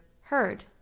heard